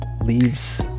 leaves